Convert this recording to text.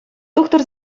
тухтӑр